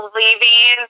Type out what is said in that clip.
leaving